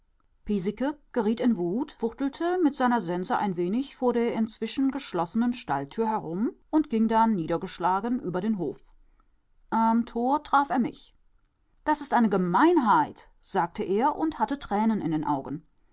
geriet in wut fuchtelte mit seiner sense ein wenig vor der inzwischen geschlossenen stalltür herum und ging dann niedergeschlagen über den hof am tor traf er mich das ist eine gemeinheit sagte er und hatte tränen in den augen